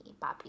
papi